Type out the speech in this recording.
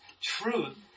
truth